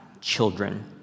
children